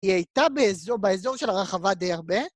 ‫היא הייתה באזור של הרחבה די הרבה.